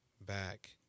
back